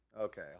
Okay